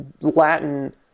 Latin